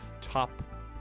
top